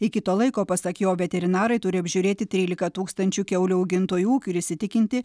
iki to laiko pasak jo veterinarai turi apžiūrėti trylika tūkstančių kiaulių augintojų ūkių ir įsitikinti